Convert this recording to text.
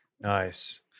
Nice